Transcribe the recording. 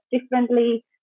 differently